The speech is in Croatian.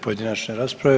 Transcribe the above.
Pojedinačne rasprave.